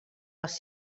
les